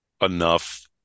enough